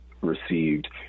received